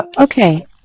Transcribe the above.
Okay